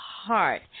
heart